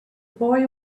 boy